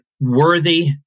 worthy